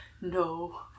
No